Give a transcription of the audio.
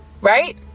right